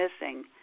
missing